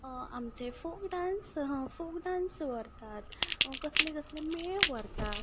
आमचे folk dance व्हरतात कसले कसले मेळ व्हरतात